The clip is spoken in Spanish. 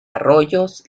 arroyos